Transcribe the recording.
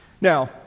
Now